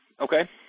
okay